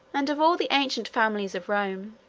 and of all the ancient families of rome,